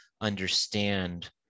understand